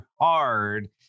hard